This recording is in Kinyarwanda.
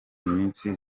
iminsi